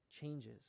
changes